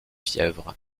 fièvre